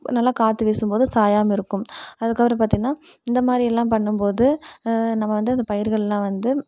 நல்ல காற்று வீசும்போது சாயாமல் இருக்கும் அதுக்கப்புறம் பார்த்தீன்னா இந்தமாதிரி எல்லாம் பண்ணும்போது நம்ம வந்து இந்த பயிர்கள்லாம் வந்து